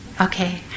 okay